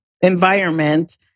environment